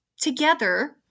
together